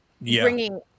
bringing –